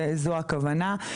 זו הכוונה.